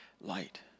light